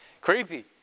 Creepy